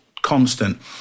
Constant